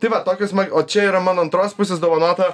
tai va tokio sma o čia yra mano antros pusės dovanota